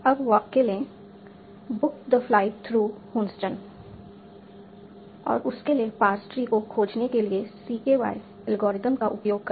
अब वाक्य लें book the flight through Houston और उसके लिए पार्स ट्री को खोजने के लिए CKY एल्गोरिदम का उपयोग करें